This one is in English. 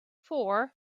four